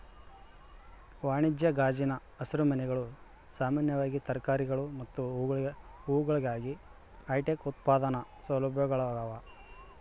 ವಾಣಿಜ್ಯ ಗಾಜಿನ ಹಸಿರುಮನೆಗಳು ಸಾಮಾನ್ಯವಾಗಿ ತರಕಾರಿಗಳು ಮತ್ತು ಹೂವುಗಳಿಗಾಗಿ ಹೈಟೆಕ್ ಉತ್ಪಾದನಾ ಸೌಲಭ್ಯಗಳಾಗ್ಯವ